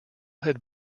had